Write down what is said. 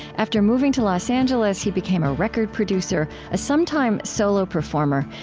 after moving to los angeles, he became a record producer, a sometime solo performer,